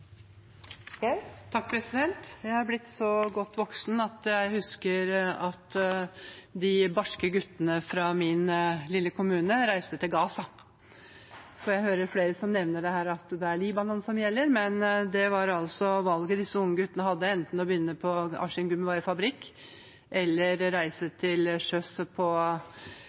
Jeg har blitt så godt voksen at jeg husker at de barske guttene fra min lille kommune reiste til Gaza. Jeg hører flere her nevne at det er Libanon som gjelder, men det var altså valget disse unge guttene hadde – enten å begynne på Askim Gummivarefabrikk, å reise til sjøs på